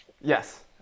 Yes